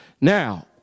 Now